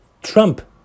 Trump